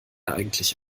eigentlich